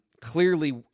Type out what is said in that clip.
clearly